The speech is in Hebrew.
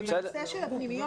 בנושא הפנימיות